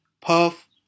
Puff